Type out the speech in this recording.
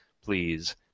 please